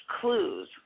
clues